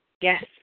Yes